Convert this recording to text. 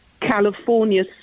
California